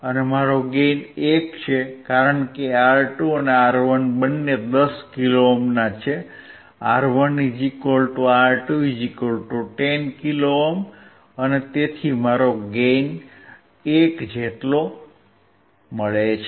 હવે મારો ગેઇન 1 છે કારણ કે R2 અને R1 બંને 10 કિલો ઓહ્મ છે R1 R2 10 કિલો ઓહ્મ અને તેથી મારો ગેઇન 1 છે